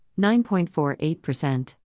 9.48%